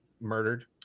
murdered